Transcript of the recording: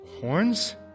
horns